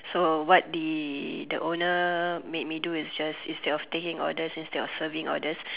so what did the owner made me do is that instead of taking orders instead of serving orders